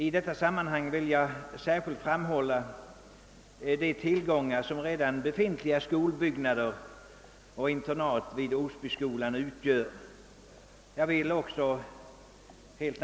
I detta sammanhang vill jag särskilt framhålla att de redan befintliga skolbyggnaderna i Osby utgör stora tillgångar.